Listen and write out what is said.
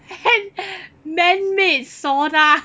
manmade sauna